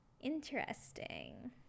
interesting